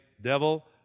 Devil